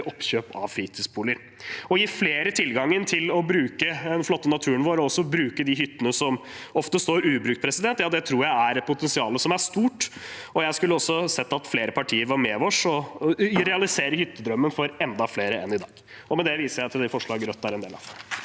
oppkjøp av fritidsboliger. Å gi flere tilgangen til å bruke den flotte naturen vår og også bruke de hyttene som ofte står ubrukt, tror jeg har et stort potensial, og jeg skulle også sett at flere partier var med oss i å realisere hyttedrømmen for enda flere enn i dag. Med det viser jeg til de forslag Rødt er en del av.